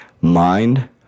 mind